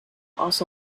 also